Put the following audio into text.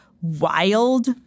wild